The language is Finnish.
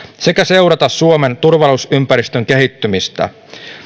sekä seurata suomen turvallisuusympäristön kehittymistä